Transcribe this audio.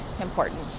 important